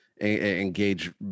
engage